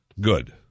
Good